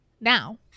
now